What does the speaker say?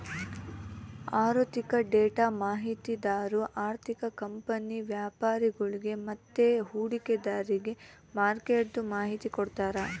ಆಋಥಿಕ ಡೇಟಾ ಮಾಹಿತಿದಾರು ಆರ್ಥಿಕ ಕಂಪನಿ ವ್ಯಾಪರಿಗುಳ್ಗೆ ಮತ್ತೆ ಹೂಡಿಕೆದಾರ್ರಿಗೆ ಮಾರ್ಕೆಟ್ದು ಮಾಹಿತಿ ಕೊಡ್ತಾರ